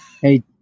Hey